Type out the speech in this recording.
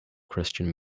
christian